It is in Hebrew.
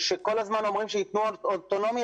כאשר כל הזמן אומרים שייתנו להן אוטונומיה,